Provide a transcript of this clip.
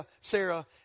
Sarah